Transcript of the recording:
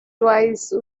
twice